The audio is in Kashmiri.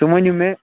تُہۍ ؤنِو مےٚ